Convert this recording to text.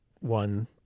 one